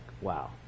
wow